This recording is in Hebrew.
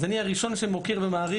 אז אני הראשון שמעריך